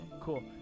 Cool